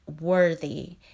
worthy